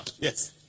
Yes